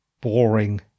boring